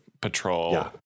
patrol